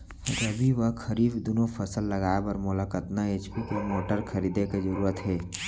रबि व खरीफ दुनो फसल लगाए बर मोला कतना एच.पी के मोटर खरीदे के जरूरत हे?